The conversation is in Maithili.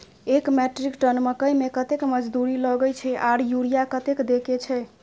एक मेट्रिक टन मकई में कतेक मजदूरी लगे छै आर यूरिया कतेक देके छै?